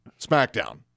SmackDown